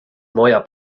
moja